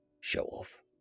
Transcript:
Show-off